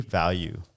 value